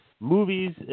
Movies